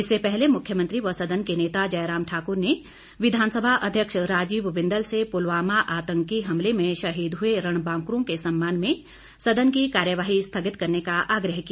इससे पहले मुख्यमंत्री व सदन के नेता जयराम ठाकर ने विधानसभा अध्यक्ष राजीव बिंदल से पुलवामा आतंकी हमले में शहीद हुए रणबांकुरों के सम्मान में सदन की कार्यवाही स्थगित करने का आग्रह किया